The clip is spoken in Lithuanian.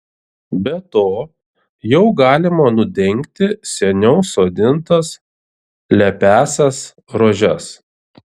be to jau galima nudengti seniau sodintas lepiąsias rožes